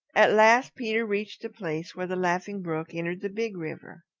at last peter reached the place where the laughing brook entered the big river.